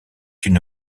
une